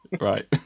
Right